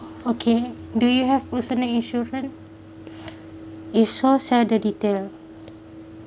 okay do you have personal insurance if so share the detail